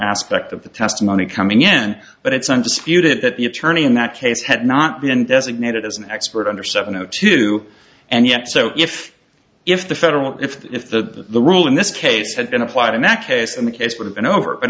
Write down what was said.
aspect of the testimony coming in but it's undisputed that the attorney in that case had not been designated as an expert under seven o two and yet so if if the federal if if the rule in this case had been applied in that case then the case would have been over but